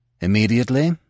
Immediately